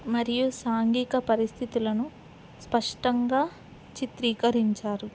మరియు సాంఘిక పరిస్థితులను స్పష్టంగా చిత్రీకరించారు